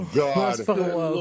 god